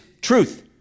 truth